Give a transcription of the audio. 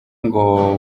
ngo